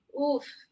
Oof